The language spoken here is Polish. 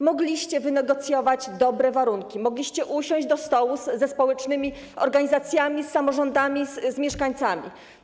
Mogliście wynegocjować dobre warunki, mogliście usiąść do stołu ze społecznymi organizacjami, z samorządami, z mieszkańcami.